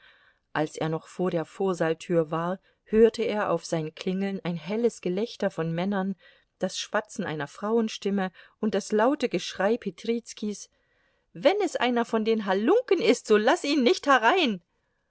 als er noch vor der vorsaaltür war hörte er auf sein klingeln ein helles gelächter von männern das schwatzen einer frauenstimme und das laute geschrei petrizkis wenn es einer von den halunken ist so laß ihn nicht herein